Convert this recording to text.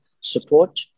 support